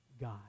God